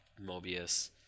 Mobius